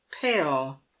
pale